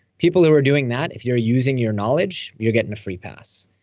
people who are doing that, if you're using your knowledge, you're getting a free pass.